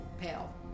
Pale